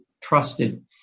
trusted